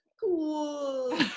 cool